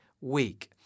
week